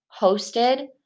hosted